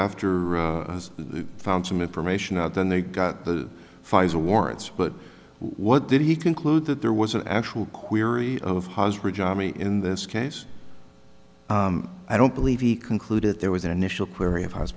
after the found some information out then they got the pfizer warrants but what did he conclude that there was an actual query of ha's ridge ami in this case i don't believe he concluded there was an initial query of h